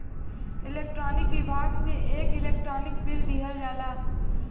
electronic विभाग से एक इलेक्ट्रानिक बिल दिहल जाला